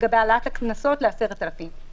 לגבי העלאת הקנסות ל-10,000 ש"ח.